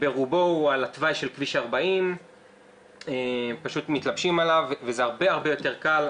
ברובו הוא על התוואי של כביש 40. פשוט מתלבשים עליו וזה הרבה יותר קל.